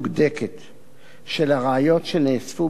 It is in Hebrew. של הראיות שנאספו בחקירת המשטרה